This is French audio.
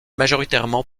majoritairement